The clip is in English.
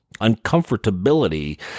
uncomfortability